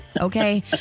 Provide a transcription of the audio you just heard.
Okay